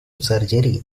surgery